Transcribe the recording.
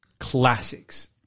classics